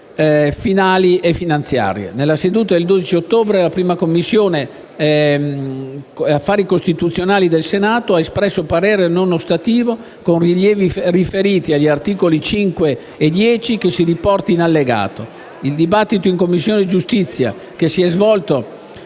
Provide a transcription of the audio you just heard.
finanziarie e finali. Nella seduta del 12 ottobre la 1a Commissione affari costituzionali ha espresso parere non ostativo, con rilievi riferiti agli articoli 5 e 10, che si riporta in allegato. Il dibattito in Commissione giustizia - si è svolto